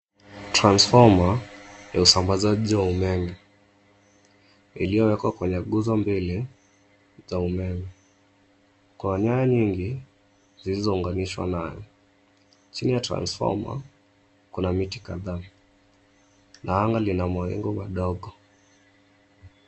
Transformer ya usambazaji wa umeme iliyowekwa kwenye nguzo mbili za umeme kwa nyaya nyingi zilizounganishwa nayo. Chini ya transformer kuna miti kadhaa na anga lina mawingu madogo.